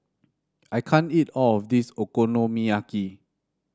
I can't eat all of this Okonomiyaki